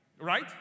Right